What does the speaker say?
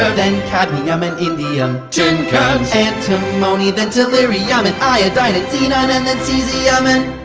ah then cadmium and indium tin cans! antimony! then tellurium, and iodine and xenon and then caesium and.